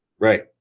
Right